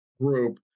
group